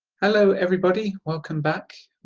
hello everybody welcome back.